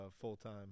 full-time